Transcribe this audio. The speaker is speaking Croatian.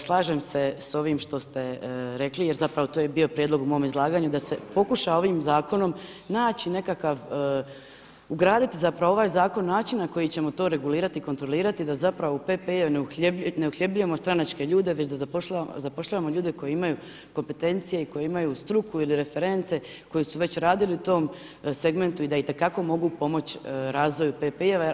Slažem se s ovim što ste rekli jer to je bio prijedlog u mom izlaganju da se pokuša ovim zakonom naći nekakav ugraditi zapravo u ovaj zakon način na koji ćemo to regulirati i kontrolirati da u PPI-u ne uhljebljujemo stranačke ljude već da zapošljavamo koji imaju kompetencije i koji imaju struku ili reference, koji su već radili u tom segmentu i da itekako mogu pomoć razvoju PPI-va.